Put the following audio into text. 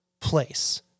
place